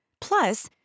Plus